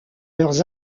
leurs